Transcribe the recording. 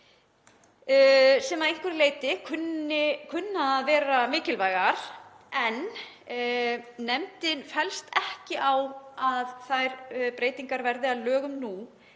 sem að einhverju leyti kunna að vera mikilvægar en nefndin fellst ekki á að þær breytingar verði að lögum nú